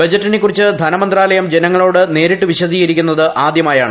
ബജറ്റിനെകുറിച്ച് ധനമന്ത്രാലയം ജനങ്ങളോട് നേരിട്ട് വിശദീകരിക്കുന്നത് ആദൃമായാണ്